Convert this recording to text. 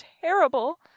terrible